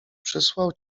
przysłał